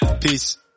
Peace